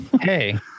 hey